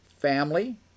Family